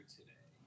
today